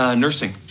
ah nursing